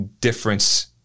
difference